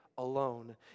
Alone